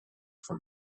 from